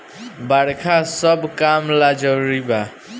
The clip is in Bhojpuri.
बरखा सब काम ला जरुरी बा